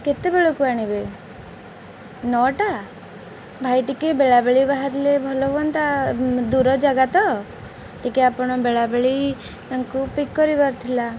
କେତେବେଳକୁ ଆଣିବେ ନଅଟା ଭାଇ ଟିକେ ବେଳାବେଳେ ବାହାରିଲେ ଭଲ ହୁଅନ୍ତା ଦୂର ଜାଗା ତ ଟିକେ ଆପଣ ବେଳେବେଳେ ତାଙ୍କୁ ପିକ୍ କରିବାର ଥିଲା